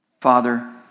Father